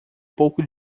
pouco